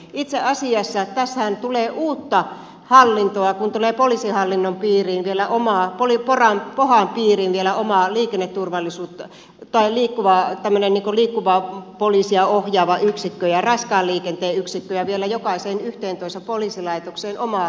itse asiassa tässähän tulee uutta hallintoa kun tulee poliisihallinnon piiriin vielä omaa oli varaa pohan piiriin vielä omaa liikenneturvallisuutta tai liikkuva online oma liikkuvaa poliisia ohjaava yksikkö ja raskaan liikenteen yksikkö ja vielä jokaiseen yhteentoista poliisilaitokseen oma liikennepoliisi